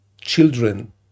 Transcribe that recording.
children